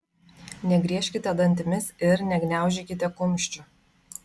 negriežkite dantimis ir negniaužykite kumščių